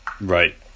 Right